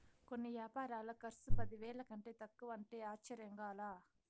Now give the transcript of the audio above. కొన్ని యాపారాల కర్సు పదివేల కంటే తక్కువంటే ఆశ్చర్యంగా లా